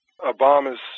Obama's